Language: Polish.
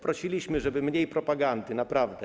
Prosiliśmy, żeby było mniej propagandy, naprawdę.